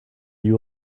you